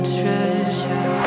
treasure